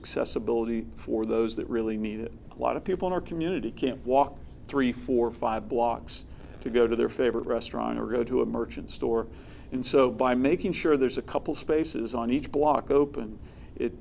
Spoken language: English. accessibility for those that really need it a lot of people in our community can't walk three four five blocks to go to their favorite restaurant or go to a merchant store and so by making sure there's a couple spaces on each block open it